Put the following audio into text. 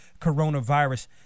coronavirus